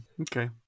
okay